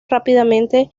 rápidamente